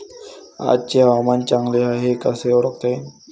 आजचे हवामान चांगले हाये हे कसे ओळखता येईन?